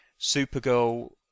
Supergirl